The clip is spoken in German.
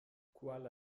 kuala